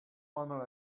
final